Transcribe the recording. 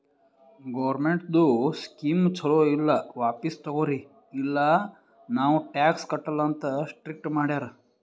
ಗೌರ್ಮೆಂಟ್ದು ಸ್ಕೀಮ್ ಛಲೋ ಇಲ್ಲ ವಾಪಿಸ್ ತಗೊರಿ ಇಲ್ಲ ನಾವ್ ಟ್ಯಾಕ್ಸ್ ಕಟ್ಟಲ ಅಂತ್ ಸ್ಟ್ರೀಕ್ ಮಾಡ್ಯಾರ್